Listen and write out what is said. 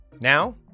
Now